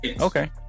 Okay